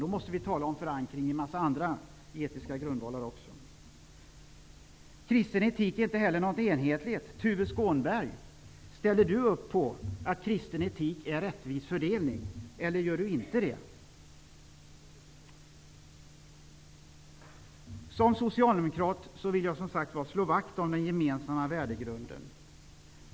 Vi måste tala om förankring i en massa andra etiska grundvalar också. Kristen etik är inte heller något enhetligt. Ställer Tuve Skånberg upp på att kristen etik är rättvis fördelning, eller gör han det inte? Som socialdemokrat vill jag alltså slå vakt om den gemensamma värdegrunden.